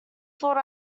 thought